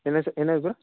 என்ன சார் என்னது சார்